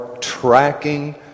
tracking